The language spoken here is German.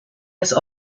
des